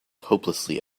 hopelessly